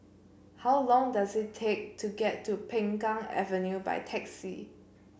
how long does it take to get to Peng Kang Avenue by taxi